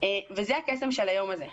וזה הקסם של היום הזה,